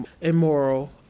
immoral